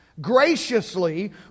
graciously